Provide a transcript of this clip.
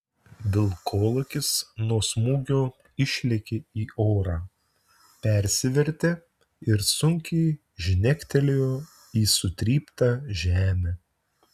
vilkolakis nuo smūgio išlėkė į orą persivertė ir sunkiai žnektelėjo į sutryptą žemę